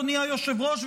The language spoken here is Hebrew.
אדוני היושב-ראש,